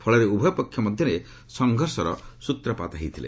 ଫଳରେ ଉଭୟ ପକ୍ଷ ମଧ୍ୟରେ ସଂଘର୍ଷର ସୃତ୍ରପାତ ହୋଇଥିଲା